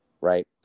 right